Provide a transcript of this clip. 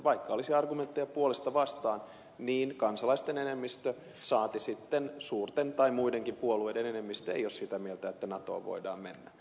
vaikka olisi argumentteja puolesta ja vastaan niin kansalaisten enemmistö saati sitten suurten tai muidenkin puolueiden enemmistö ei ole sitä mieltä että natoon voidaan mennä